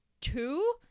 Two